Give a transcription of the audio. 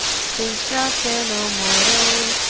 think not, then, o mortal,